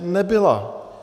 Nebyla.